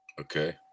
Okay